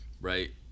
right